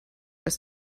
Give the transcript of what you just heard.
als